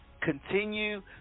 continue